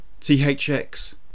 THX